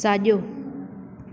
साॼो